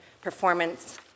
performance